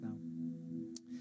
now